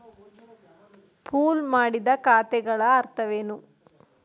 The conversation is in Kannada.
ಪೂಲ್ ಮಾಡಿದ ಖಾತೆಗಳ ಅರ್ಥವೇನು?